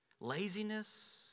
Laziness